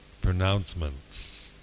pronouncements